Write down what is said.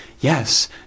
Yes